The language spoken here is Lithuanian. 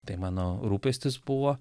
tai mano rūpestis buvo